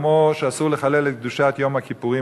כמו שאסור לחלל את קדושת יום הכיפורים,